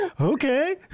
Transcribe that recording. Okay